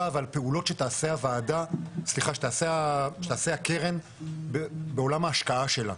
ועל פעולות שתעשה הקרן בעולם ההשקעה שלה.